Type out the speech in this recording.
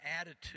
attitude